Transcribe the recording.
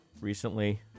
recently